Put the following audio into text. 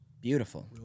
beautiful